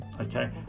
okay